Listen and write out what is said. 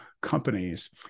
companies